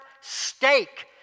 stake